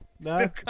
No